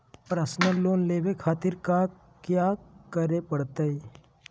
Personal loan लेवे खातिर कया क्या करे पड़तइ?